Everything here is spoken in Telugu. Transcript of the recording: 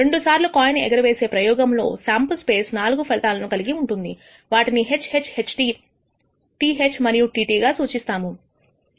రెండు సార్లు కాయిన్ ఎగరవేసే ప్రయోగం లో శాంపుల్ స్పేస్ 4 ఫలితాలను కలిగి ఉంటుంది వాటిని HH HT TH మరియు TT గా సూచిస్తాము